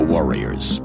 Warriors